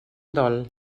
dol